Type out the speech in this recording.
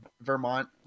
Vermont